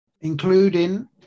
including